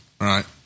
Right